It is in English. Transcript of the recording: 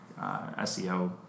SEO